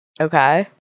Okay